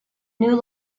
new